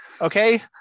Okay